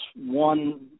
one